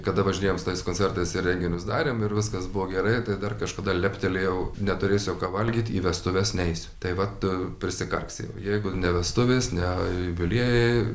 kada važinėjom su tais koncertas ir renginius darėm ir viskas buvo gerai tai dar kažkada leptelėjau neturėsiu ką valgyt į vestuves neisiu tai vat prisikarksėjau jeigu ne vestuvės ne jubiliejai